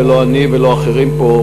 לא אני ולא אחרים פה,